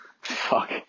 fuck